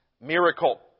miracle